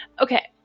Okay